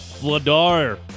Vladar